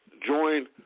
join